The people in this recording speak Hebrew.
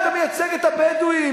אתה מייצג את הבדואים?